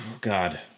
God